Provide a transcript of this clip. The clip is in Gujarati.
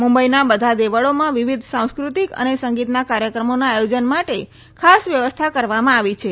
મુંબઇના બધા દેવળોમાં વિવિધ સાંસ્ક્રતિક અને સંગીતના કાર્યક્રમોના આયોજન માટે ખાસ વ્યવસ્થા કરવામાં આવી છે